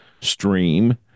stream